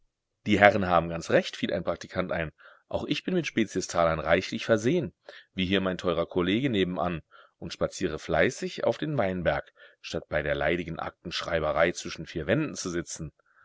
die herren haben ganz recht fiel ein praktikant ein auch ich bin mit speziestalern reichlich versehen wie hier mein teurer kollege nebenan und spaziere fleißig auf den weinberg statt bei der leidigen aktenschreiberei zwischen vier wänden zu sitzen